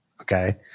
okay